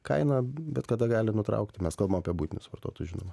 kaina bet kada gali nutraukti mes kalbam apie buitinius vartotus žinoma